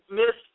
miss